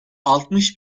altmış